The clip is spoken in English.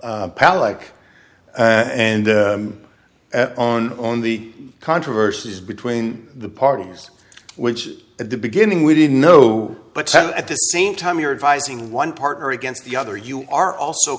palak and on on the controversies between the parties which at the beginning we didn't know but at the same time you're advising one partner against the other you are also